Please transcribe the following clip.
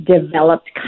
developed